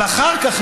אבל אחר כך,